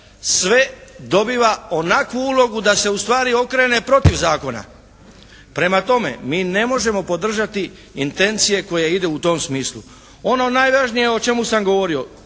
sve dobiva onakvu ulogu da se ustvari okrene protiv zakona. Prema tome mi ne možemo podržati intencije koje idu u tom smislu. Ono najvažnije o čemu sam govorio,